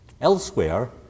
Elsewhere